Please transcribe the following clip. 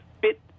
fit